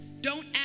Don't